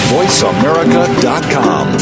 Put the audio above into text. VoiceAmerica.com